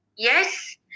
Yes